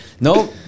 No